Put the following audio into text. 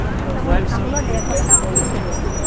কেঁচা তামোল তামোলত দেৰশ টকা পোণ চলি আছে